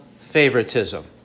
favoritism